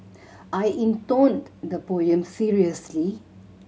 I intoned the poem seriously